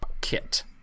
Kit